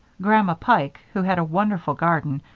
grandma pike, who had a wonderful garden,